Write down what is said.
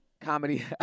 Comedy